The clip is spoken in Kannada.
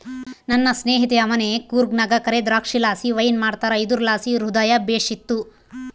ನನ್ನ ಸ್ನೇಹಿತೆಯ ಮನೆ ಕೂರ್ಗ್ನಾಗ ಕರೇ ದ್ರಾಕ್ಷಿಲಾಸಿ ವೈನ್ ಮಾಡ್ತಾರ ಇದುರ್ಲಾಸಿ ಹೃದಯ ಬೇಶಿತ್ತು